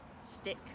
stick